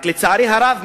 רק לצערי הרב,